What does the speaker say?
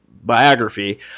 biography